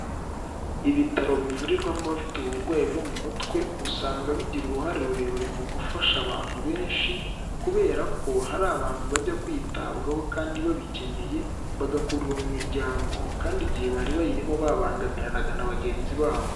Ibitaro bivurirwamo abafite uburwayi bwo mu mutwe, usanga bigira uruhare rurerure mu gufasha abantu benshi kubera ko hari abantu bajya kwitabwaho kandi babikeneye bagakurwa mu miryango kandi igihe bari bayirimo babangamiranaga na bagenzi babo.